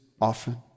often